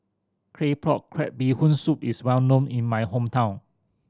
Claypot Crab Bee Hoon Soup is well known in my hometown